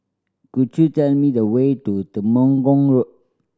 could you tell me the way to Temenggong Road